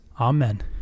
Amen